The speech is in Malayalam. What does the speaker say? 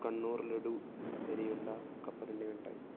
കണ്ണൂർ ലഡു അരിയുണ്ട കപ്പലണ്ടി മിഠായി